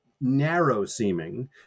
narrow-seeming